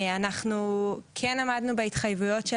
שאנחנו כן עמדנו בהתחייבויות.